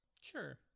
Sure